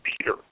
Peter